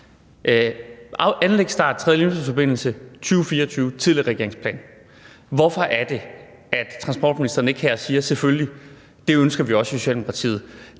den tredje Limfjordsforbindelse, som er 2024 i den tidligere regerings plan. Hvorfor er det, at transportministeren ikke her siger: Selvfølgelig, det ønsker vi også i Socialdemokratiet?